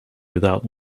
without